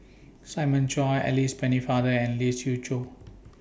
Simon Chua Alice Pennefather and Lee Siew Choh